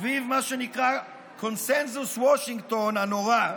סביב מה שנקרא "קונסנזוס וושינגטון" הנורא,